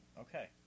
Okay